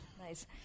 nice